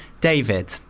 David